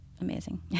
amazing